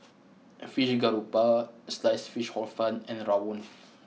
Fried Garoupa Sliced Fish Hor Fun and Rawon